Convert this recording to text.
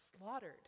slaughtered